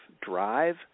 drive